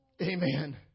Amen